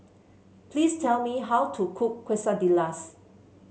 please tell me how to cook Quesadillas